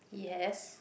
yes